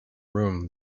room